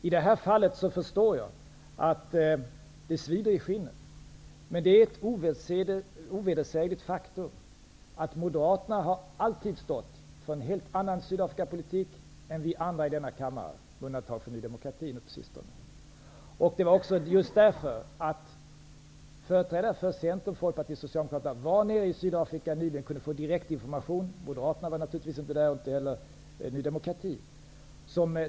I det fallet förstår jag att det svider i skinnet, men det är ett ovedersägligt faktum att Moderaterna alltid har stått för en helt annan Sydafrikapolitik än vi andra i denna kammare -- Centern, Folkpartiet och Socialdemokraterna var nyligen nere i Sydafrika och kunde få direktinformation. Moderaterna var naturligtvis inte där och inte heller Ny demokrati.